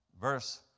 Verse